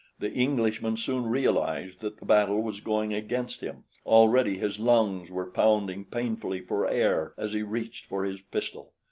the englishman soon realized that the battle was going against him. already his lungs were pounding painfully for air as he reached for his pistol.